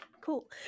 cool